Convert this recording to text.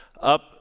up